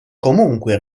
comunque